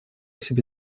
себе